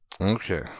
Okay